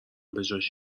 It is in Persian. بجاش